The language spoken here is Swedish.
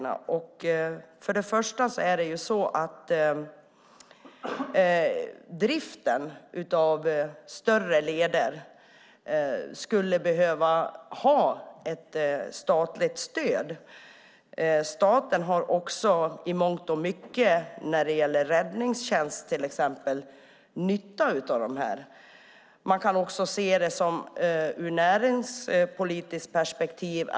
Först och främst skulle det behövas ett statligt stöd för driften av större leder. Staten har också i mångt och mycket till exempel när det gäller räddningstjänst nytta av dessa leder. Man kan också se på detta ur ett näringspolitiskt perspektiv.